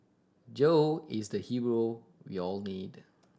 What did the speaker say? Joe is the hero we all need